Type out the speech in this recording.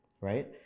right